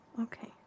okay